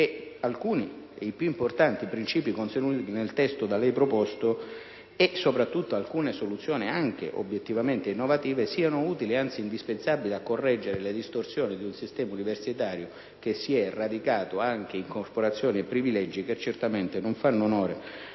alcuni - e i più importanti - principi contenuti nel testo proposto e alcune soluzioni, anche obiettivamente innovative, siano utili e, anzi, indispensabili a correggere le distorsioni di un sistema universitario che si è radicato anche in corporazioni e privilegi, che non fanno onore